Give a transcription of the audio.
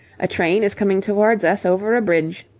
a train is coming towards us over a bridge,